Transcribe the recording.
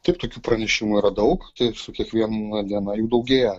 taip tokių pranešimų yra daug taip su kiekviena diena jų daugėja